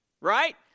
Right